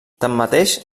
tanmateix